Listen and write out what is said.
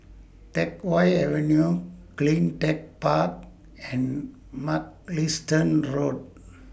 Teck Whye Avenue CleanTech Park and Mugliston Road